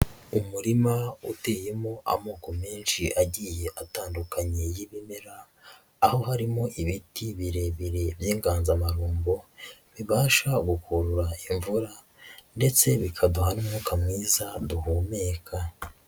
Umurima uteyemo amoko menshi agiye atandukanye y'ibimera, aho harimo ibiti birebire by'inganzamarumbo, bibasha gukurura imvura, ndetse bikaduha n'umwuka mwiza duhumeka.